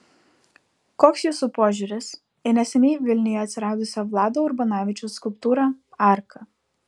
koks jūsų požiūris į neseniai vilniuje atsiradusią vlado urbanavičiaus skulptūrą arka